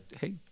Hey